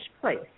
place